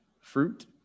fruit